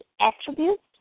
attributes